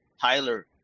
tyler